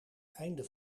einde